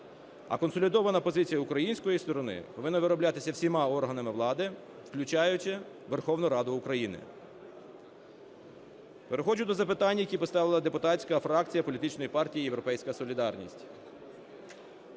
А консолідована позиція української сторони повинна вироблятися всіма органами влади, включаючи Верховну Раду України. Переходжу до запитань, які поставила депутатська фракція політичної партії "Європейська солідарність".